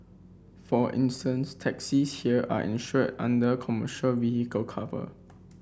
for instance taxis here are insured under commercial vehicle cover